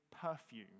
perfume